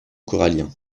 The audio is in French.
corallien